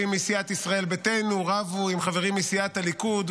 מסיעת ישראל ביתנו רבו עם חברים מסיעת הליכוד,